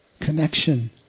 Connection